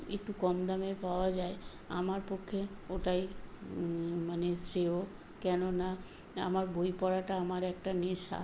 একটু কম দামে পাওয়া যায় আমার পক্ষে ওটাই মানে শ্রেয় কেননা আমার বই পড়াটা আমার একটা নেশা